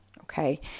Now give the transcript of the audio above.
okay